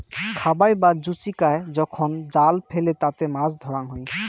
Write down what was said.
খাবাই বা জুচিকায় যখন জাল ফেলে তাতে মাছ ধরাঙ হই